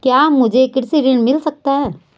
क्या मुझे कृषि ऋण मिल सकता है?